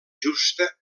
justa